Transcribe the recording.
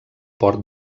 port